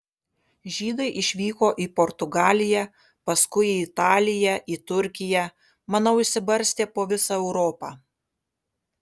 žydai išvyko į portugaliją paskui į italiją į turkiją manau išsibarstė po visą europą